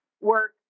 work